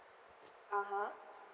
(uh huh)